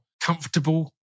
comfortable